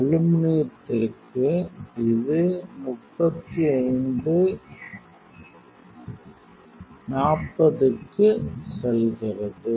அலுமினியத்திற்கு இது 35 40 க்கு செல்கிறது